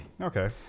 Okay